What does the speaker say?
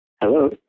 Hello